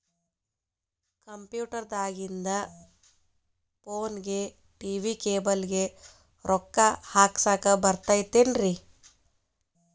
Computer ದಾಗಿಂದ್ ಫೋನ್ಗೆ, TV cable ಗೆ, ರೊಕ್ಕಾ ಹಾಕಸಾಕ್ ಬರತೈತೇನ್ರೇ?